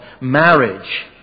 marriage